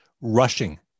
rushing